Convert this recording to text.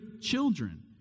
children